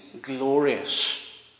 glorious